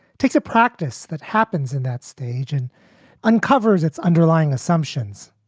takes a practice that happens in that stage and uncovers its underlying assumptions,